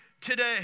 Today